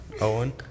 Owen